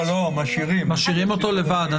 משאירים אותו לבד.